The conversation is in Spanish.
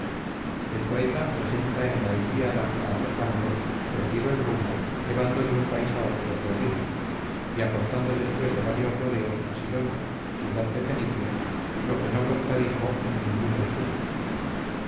el poeta presenta en la ilíada a alejandro perdido el rumbo llevando de un país a otro su helena y aportando después de varios rodeos a sidon ciudad de fenicia lo que no contradijo en ninguno de sustos